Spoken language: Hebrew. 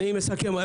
אני מסכם.